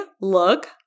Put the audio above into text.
look